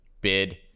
bid